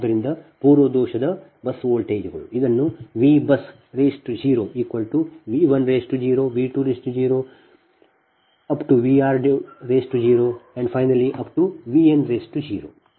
ಆದ್ದರಿಂದ ಪೂರ್ವ ದೋಷದ ಬಸ್ ವೋಲ್ಟೇಜ್ಗಳು ಇದನ್ನು VBUS0V10 V20 Vr0 Vn0 ಪೂರ್ವಭಾವಿ ಬಸ್ ವೋಲ್ಟೇಜ್ಗಳು ಸರಿ